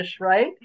right